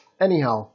Anyhow